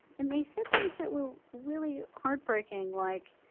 and they said things that were really heartbreaking, like,